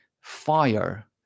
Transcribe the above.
fire